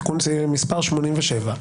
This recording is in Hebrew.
תיקון מס' 87,